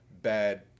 Bad